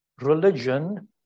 religion